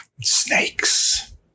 Snakes